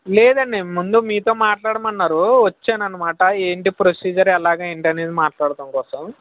లేదండి ముందు మీతో మాట్లాడమన్నారు వచ్చానన్నమాట ఏంటి ప్రొసీజరు ఎలాగ ఎంటి అని మాట్లాడడం కోసం